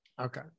Okay